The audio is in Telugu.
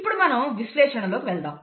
ఇప్పుడు మనం విశ్లేషణలోకి వెళదాం